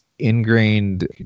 ingrained